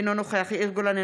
אינו נוכח יאיר גולן,